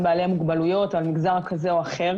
בעלי מוגבלויות או על מגזר כזה או אחר.